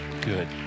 Good